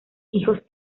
hijos